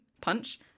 Punch